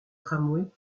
tramways